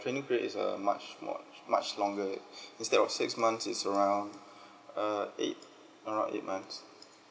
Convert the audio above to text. training period is uh much more much longer instead of six months it's around uh eight around eight months